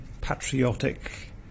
patriotic